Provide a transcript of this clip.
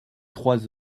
trois